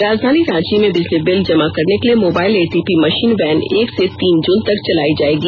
राजधानी रांची में बिजली बिल जमा करने के लिए मोबाईल एटीपी मषीन वैन एक से तीन जून तक चलायी जायेगी